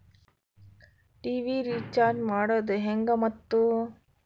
TV recharge ಮಾಡೋದು ಹೆಂಗ ಮತ್ತು?